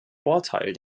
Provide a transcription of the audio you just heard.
vorteil